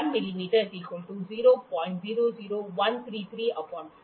1 मिमी 000133 00032 रेड